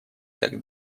так